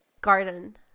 garden